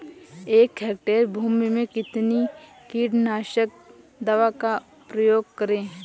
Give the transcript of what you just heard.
एक हेक्टेयर भूमि में कितनी कीटनाशक दवा का प्रयोग करें?